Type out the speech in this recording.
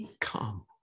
come